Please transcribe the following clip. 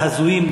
הזויים,